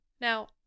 Now